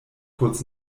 kurz